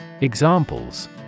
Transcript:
Examples